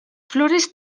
flores